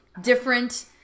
Different